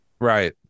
Right